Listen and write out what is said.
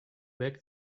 back